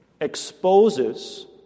exposes